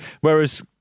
whereas